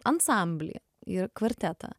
ansamblį ir kvartetą